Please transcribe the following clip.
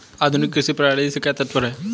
आधुनिक कृषि प्रणाली से क्या तात्पर्य है?